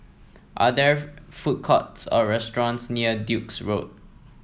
are there food courts or restaurants near Duke's Road